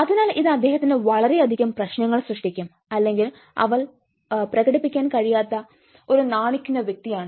അതിനാൽ ഇത് അദ്ദേഹത്തിന് വളരെയധികം പ്രശ്നങ്ങൾ സൃഷ്ടിക്കും അല്ലെങ്കിൽ അവൻ പ്രകടിപ്പിക്കാൻ കഴിയാത്ത ഒരു നാണിക്കുന്ന വ്യക്തിയാണ്